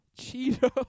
Cheeto